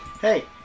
Hey